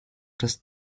das